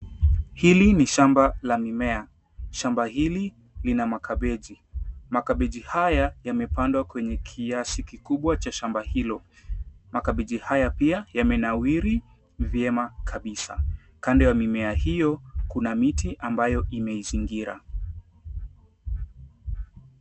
Hili ni shamba la mimea. Shamba hili, lina makabeji. Makabeji haya, yamepandwa kwenye kiasi kikubwa cha shamba hilo. Makabeji haya pia yamenawiri vyema kabisa. Kando ya mimea hiyo, kuna miti ambayo imeizingira.